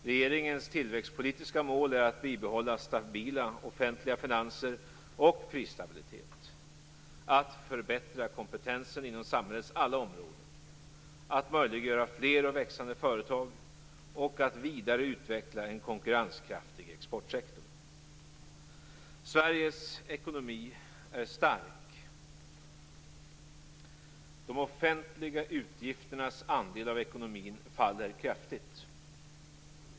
Regeringens tillväxtpolitiska mål är att bibehålla stabila offentliga finanser och prisstabilitet, att förbättra kompetensen inom samhällets alla områden, att möjliggöra fler och växande företag och att vidare utveckla en konkurrenskraftig exportsektor. Sveriges ekonomi är stark. De offentliga utgifternas andel av ekonomin faller kraftigt.